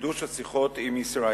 לחידוש השיחות עם ישראל,